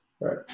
Right